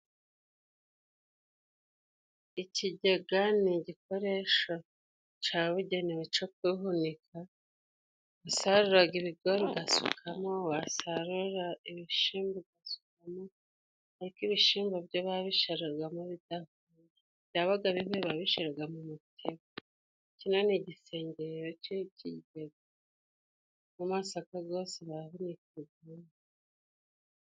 Icyijyega ni igikoresho cabugenewe co guhunika, wasaruraga ibigori ugasukamo, wasarura ibishimbo, ugasukamo, ariko ibishimbo byo babishiragamo bidahuye, ibyabaga bihuye babishiraga m'umutiba. Kino ni igisenge rero cy'icyijyega, n'amasaka gose bahunikagamo.